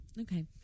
Okay